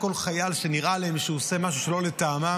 כל חייל שנראה להם שהוא עושה משהו שלא לטעמם,